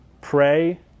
pray